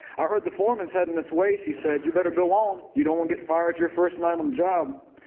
i heard the foreman's heading this way, she said. you better go on. you don't want to get fired your first night on the job.